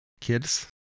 kids